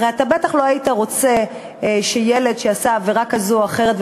הרי אתה בטח לא היית רוצה שילד שעשה עבירה כזאת או אחרת,